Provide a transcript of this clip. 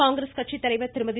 காங்கிரஸ் கட்சித்தலைவா் திருமதி